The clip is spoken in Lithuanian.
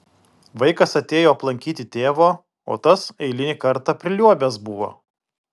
vaikas atėjo aplankyti tėvo o tas eilinį kartą priliuobęs buvo